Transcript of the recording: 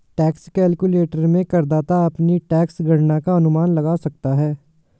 tax calculator में करदाता अपनी टैक्स गणना का अनुमान लगा सकता है